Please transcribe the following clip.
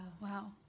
wow